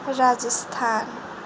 Rajasthan